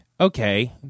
okay